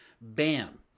bam